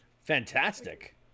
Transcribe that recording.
Fantastic